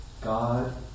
God